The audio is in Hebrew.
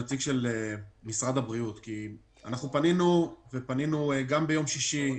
פנינו גם ביום שישי,